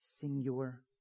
singular